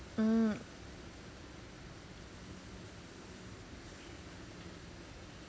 mm